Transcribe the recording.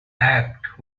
act